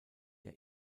der